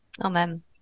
Amen